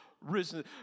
risen